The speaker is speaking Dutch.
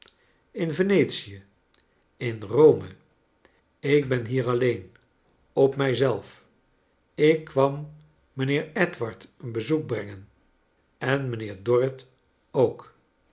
in venetie in rome ik ben hier alleen op mij zelf ik kwam mijnheer edward een bezoek brengen en mijnheer dorrit ook